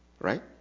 Right